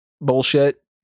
Bullshit